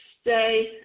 stay